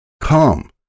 Come